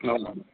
हजुर